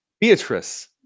Beatrice